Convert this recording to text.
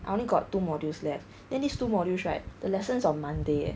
I only got two modules left then these two modules right the lessons on monday eh